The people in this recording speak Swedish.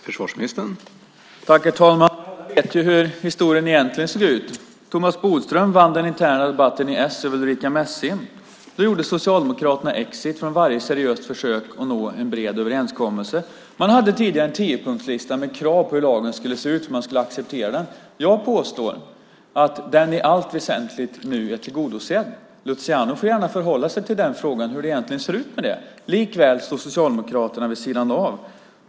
Herr talman! Alla vet hur historien egentligen ser ut. Tomas Bodström vann den interna debatten inom s över Ulrica Messing. Då gjorde Socialdemokraterna exit från varje seriöst försök att nå en bred överenskommelse. Man hade tidigare en tiopunktslista med krav på hur lagen skulle se för att man skulle kunna acceptera den. Jag påstår att dessa i allt väsentligt nu är tillgodosedda. Luciano får gärna förhålla sig till den frågan och hur det egentligen ser ut med det. Likväl står Socialdemokraterna vid sidan av.